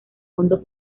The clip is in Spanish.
fondo